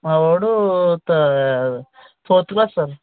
మావాడు తా fourth class sir